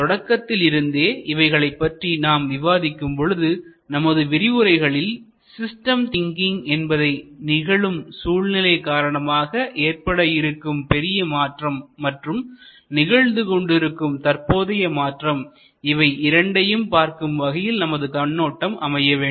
தொடக்கத்திலிருந்தே இவைகளை பற்றி நாம் விவாதிக்கும் பொழுது நமது விரிவுரைகளில் சிஸ்டம் திங்கிங் என்பதை நிகழும் சூழ்நிலை காரணமாக ஏற்பட இருக்கும் பெரிய மாற்றம் மற்றும் நிகழ்த்து கொண்டிருக்கும் தற்போதைய மாற்றம் இவை இரண்டையும் பார்க்கும் வகையில் நமது கண்ணோட்டம் அமைய வேண்டும்